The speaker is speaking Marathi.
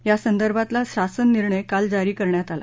या संदर्भातला शासन निर्णय काल जारी करण्यात आला